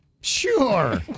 Sure